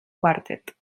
quartet